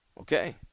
Okay